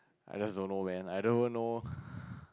I just don't know man I don't even know